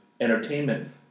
entertainment